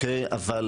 לאוכלוסייה בצפון,